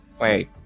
Wait